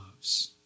loves